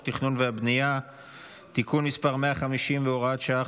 התכנון והבנייה (תיקון מס' 150 והוראת שעה,